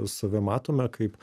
save matome kaip